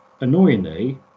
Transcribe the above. annoyingly